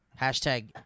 hashtag